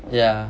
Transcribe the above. yeah